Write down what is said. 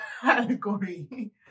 category